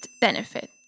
benefit